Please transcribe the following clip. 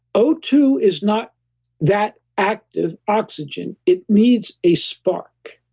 o two is not that active oxygen, it needs a spark.